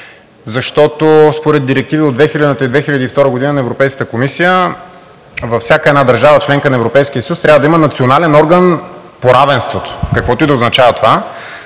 защото според директиви от 2000-а и 2002 г. на Европейската комисия във всяка една държава – членка на Европейския съюз, трябва да има национален орган по равенството, каквото и да означава това.